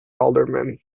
alderman